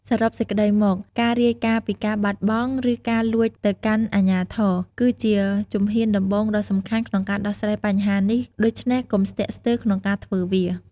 សរុបសេចក្ដីមក ការរាយការណ៍ពីការបាត់បង់ ឬការលួចទៅកាន់អាជ្ញាធរ គឺជាជំហានដំបូងដ៏សំខាន់ក្នុងការដោះស្រាយបញ្ហានេះ ដូច្នេះកុំស្ទាក់ស្ទើរក្នុងការធ្វើវា។